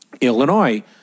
Illinois